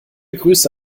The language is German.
grüße